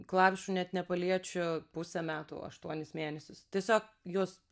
klavišų net nepaliečiu pusę metų aštuonis mėnesius tiesiog juos